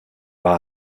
war